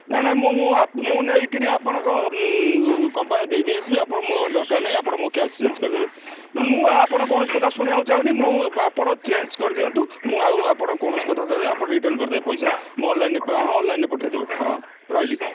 ନାଇଁ ନାଇଁ ମୁଁ ମୁଁ ମୁଁ ନେଇକିନି ଆପଣଙ୍କ କମ୍ପାନୀ ଦେଇ ଦେଇ ଆସିବି ଆପଣ ମୋର ଦରକାର ନାହିଁ ଆପଣ ମୋ କ୍ୟାସ୍ ଚେଞ୍ଜ କରିଦେବେ ମୁଁ ଆପଣ କୌଣସି କଥା ଶୁଣିବାକୁ ଚାହୁଁନି ମୁଁ ଆପଣ ଚେଞ୍ଜ କରିଦିଅନ୍ତୁ ମୁଁ ଆଉ ଆପଣ କୌଣସି କଥା ଶୁଣିବେ ଆପଣ ରିଟର୍ନ କରିଦେବେ ପଇସା ମୁଁ ଅନ୍ଲାଇନ୍ରେ ପେ ହଁ ଅନ୍ଲାଇନ୍ରେ ପଠାଇଦେବେ ହଁ ରହିଲି